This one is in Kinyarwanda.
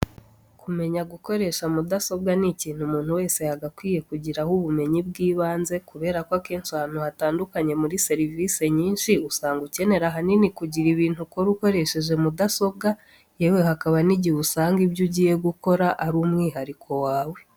Kumenya gukoresha mudasobwa ni ikintu umuntu wese yagakwiye kugiraho ubumenyi bw'ibanze, kubera ko akenshi ahantu hatandukanye muri serivise nyinshi, usanga ukenera ahanini kugira ibintu ukora ukoresheje mudasobwa, yewe hakaba n'igihe usanga ibyo ugiye gukora ari umwihariko wawe.